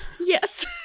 yes